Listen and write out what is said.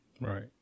Right